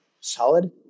solid